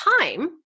time